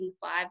five